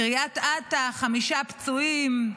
קריית אתא, חמישה פצועים,